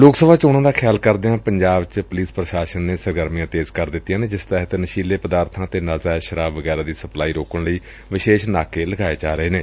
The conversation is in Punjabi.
ਲੋਕ ਸਭਾ ਚੋਣਾਂ ਦਾ ਖਿਆਲ ਕਰਦਿਆਂ ਪੰਜਾਬ ਚ ਪੁਲਿਸ ਪ੍ਸ਼ਾਸਨ ਨੇ ਸਰਗਰਮੀਆਂ ਤੇਜ਼ ਕਰ ਦਿੱਤੀਆਂ ਨੇ ਜਿਸ ਤਹਿਤ ਨਸ਼ੀਲੇ ਪਦਾਰਬਾਂ ਅਤੇ ਨਾਜਾਇਜ਼ ਸ਼ਰਾਬ ਵਗੈਰਾ ਦੀ ਸਪਲਾਈ ਰੋਕਣ ਲਈ ਵਿਸ਼ੇਸ਼ ਨਾਕੇ ਲਗਾਏ ਜਾ ਰਹੇ ਨੇ